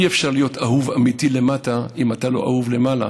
אי-אפשר להיות אהוב אמיתי למטה אם אתה לא אהוב למעלה.